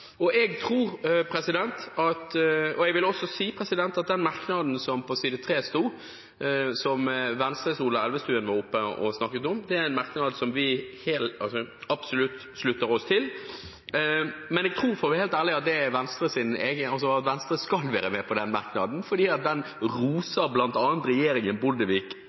Jeg vil også si at den merknaden som står på side 3, som Venstres Ola Elvestuen var oppe og snakket om, er en merknad som vi absolutt slutter oss til. Men jeg tror, for å være helt ærlig, at Venstre skal være med på den merknaden, for den roser bl.a. regjeringen